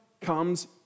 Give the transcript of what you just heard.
comes